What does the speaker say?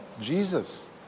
Jesus